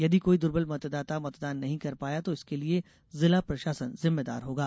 यदि कोई दुर्बल मतदाता मतदान नहीं कर पाया तो इसके लिए जिला प्रशासन जिम्मेदार होगा